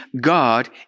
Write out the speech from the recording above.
God